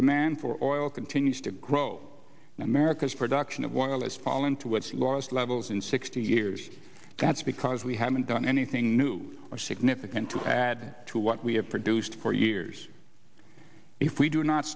demand for oil continues to grow and america's production of oil is fallen to its lowest levels in sixty years that's because we haven't done anything new or significant to add to what we have produced for years if we do not